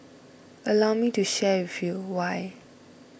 allow me to share with you why